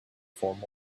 form